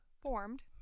formed